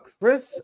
Chris